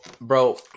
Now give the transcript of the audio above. bro